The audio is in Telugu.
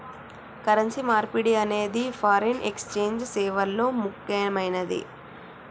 కరెన్సీ మార్పిడి అనేది ఫారిన్ ఎక్స్ఛేంజ్ సేవల్లో ముక్కెమైనది